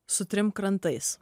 su trim krantais